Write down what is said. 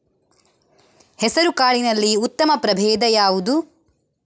ಹೆಸರುಕಾಳಿನಲ್ಲಿ ಉತ್ತಮ ಪ್ರಭೇಧ ಯಾವುದು?